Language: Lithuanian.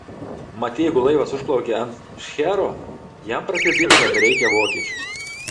mat jeigu laivas užplaukia ant šchero jam prakiurdyti nebereikia vokiečių